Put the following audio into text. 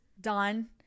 done